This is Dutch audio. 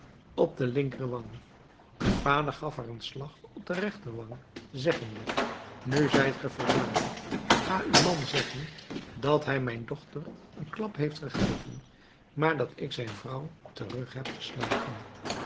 op de linkerwang de vader gaf haar een slag op de rechterwang zeggende nu zijt ge voldaan ga uw man zeggen dat hij mijn dochter een klap heeft gegeven maar dat ik zijn vrouw terug heb geslagen